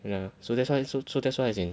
ya so that's why so so that's why as in